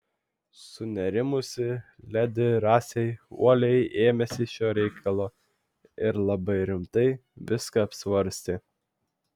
sunerimusi ledi rasei uoliai ėmėsi šio reikalo ir labai rimtai viską apsvarstė